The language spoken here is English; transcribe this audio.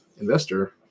investor